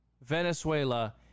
Venezuela